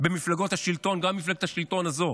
במפלגות השלטון, גם במפלגת השלטון הזו.